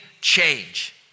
change